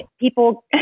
People